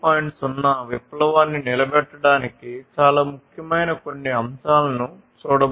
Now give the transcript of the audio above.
0 విప్లవాన్ని నిలబెట్టడానికి చాలా ముఖ్యమైన కొన్ని అంశాలను చూడబోతున్నాం